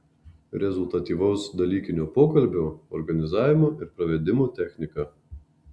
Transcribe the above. rezultatyvaus dalykinio pokalbio organizavimo ir pravedimo technika